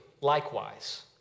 likewise